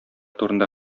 турында